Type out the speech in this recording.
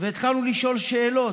והתחלנו לשאול שאלות.